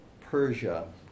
Persia